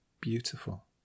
beautiful